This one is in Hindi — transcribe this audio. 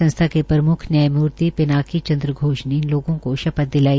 संस्था के प्रम्ख न्यायामूर्ति पिनाकी चन्द्र घोष ने इन लोगों को शपथ दिलाई